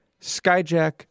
Skyjack